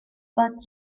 but